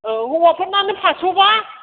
औ हौवाफोरनानो पास्स'बा